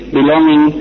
belonging